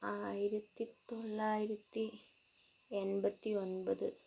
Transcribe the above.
ആയിരത്തി തൊള്ളായിരത്തി എൺപത്തി ഒമ്പത്